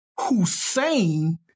Hussein